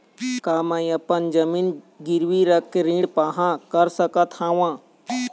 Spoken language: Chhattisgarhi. का मैं अपन जमीन गिरवी रख के ऋण पाहां कर सकत हावे?